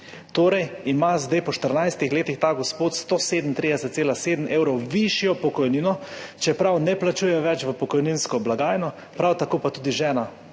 Torej ima zdaj po 14 letih ta gospod 137,7 evrov višjo pokojnino, čeprav ne plačuje več v pokojninsko blagajno, prav tako pa tudi žena